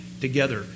together